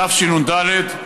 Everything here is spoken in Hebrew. התשנ"ד 1994,